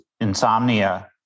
insomnia